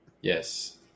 Yes